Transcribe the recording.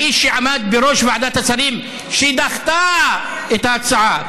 האיש שעמד בראש ועדת השרים שדחתה את ההצעה פה